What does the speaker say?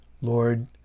Lord